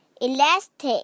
elastic